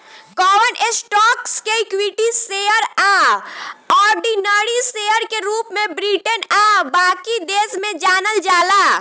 कवन स्टॉक्स के equity share आ ऑर्डिनरी शेयर के रूप में ब्रिटेन आ बाकी देश में जानल जाला